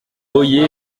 boyer